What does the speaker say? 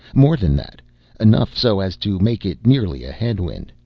more than that enough so as to make it nearly a head-wind.